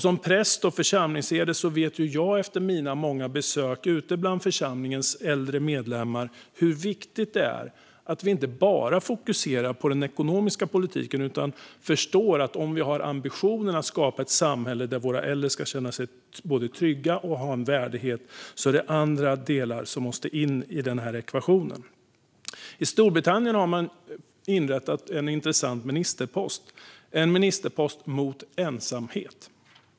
Som präst och församlingsherde vet jag efter mina många besök ute bland församlingens äldre medlemmar hur viktigt det är att vi inte bara fokuserar på den ekonomiska politiken; om vi har ambitionen att skapa ett samhälle där våra äldre ska känna sig trygga och ha en värdighet är det andra delar som måste in i ekvationen. I Storbritannien har man inrättat en intressant ministerpost - mot ensamhet.